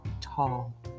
tall